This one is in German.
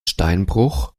steinbruch